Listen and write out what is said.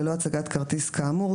בלא הצגת כרטיס כאמור,